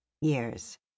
years